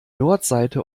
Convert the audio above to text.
nordseite